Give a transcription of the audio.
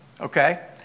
okay